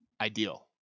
ideal